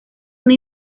una